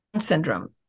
syndrome